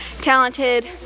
talented